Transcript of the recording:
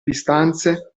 distanze